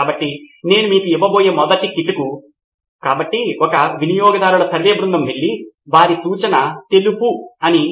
ఉపాధ్యాయుడు కూడా ఈ రకమైన వ్యవస్థపై ఆసక్తి కలిగి ఉంటే అది ఆమె విద్యార్థులకు సహాయపడుతుంది అప్పుడు ఉపాధ్యాయుడు కూడా ఆమె సమాచారమును జోడించవచ్చు అది మళ్ళీ మూల సమాచారముగా ఉంటుంది